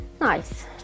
Nice